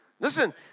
listen